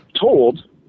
told